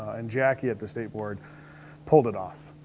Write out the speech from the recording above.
and jackie at the state board pulled it off,